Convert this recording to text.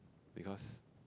because